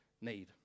need